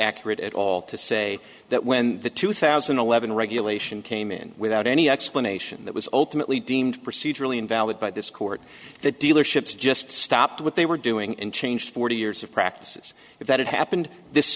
accurate at all to say that when the two thousand and eleven regulation came in without any explanation that was alternately deemed procedurally invalid by this court that dealerships just stopped what they were doing and changed forty years of practices if that had happened this